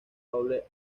doble